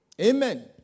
Amen